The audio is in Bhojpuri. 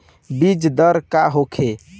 बीजदर का होखे?